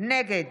נגד